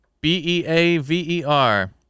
B-E-A-V-E-R